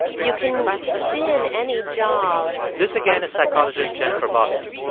you can spin any job. this, again, is psychologist jennifer bosson.